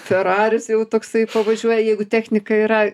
feraris jau toksai pavažiuoja jeigu technika yra